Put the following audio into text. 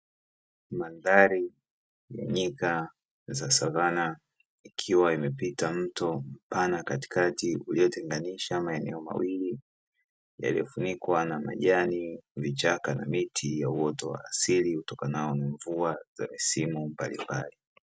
Mandhari ya nyika za savanna ikiwa imepita mto mpana katikati uliotenganisha maeneo mawili yaliyofunikwa na: majani, vichaka na miti ya uoto wa asili; utokanao na mvua za msimu mbalimbali.